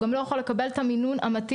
הוא גם לא יכול לקבל את המינון המתאים